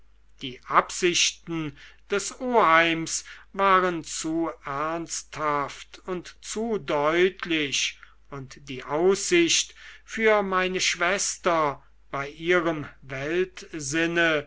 die absichten des oheims waren zu ernsthaft und zu deutlich und die aussicht für meine schwester bei ihrem